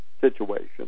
situation